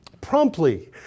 promptly